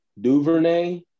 DuVernay